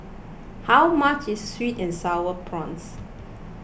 how much is Sweet and Sour Prawns